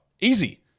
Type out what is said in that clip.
Easy